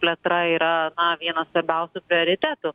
plėtra yra na vienas svarbiausių prioritetų